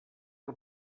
que